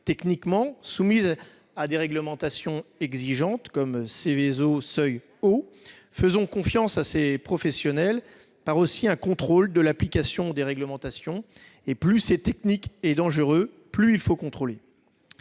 techniquement, soumises à des réglementations exigeantes, comme le classement Seveso seuil haut. Faisons confiance à ces professionnels ! Il faut également un contrôle de l'application des réglementations. Plus c'est technique et dangereux, plus il faut contrôler.